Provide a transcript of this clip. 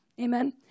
Amen